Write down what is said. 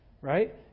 right